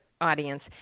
audience